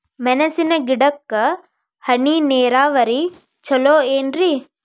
ಮೆಣಸಿನ ಗಿಡಕ್ಕ ಹನಿ ನೇರಾವರಿ ಛಲೋ ಏನ್ರಿ?